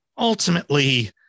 Ultimately